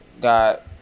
Got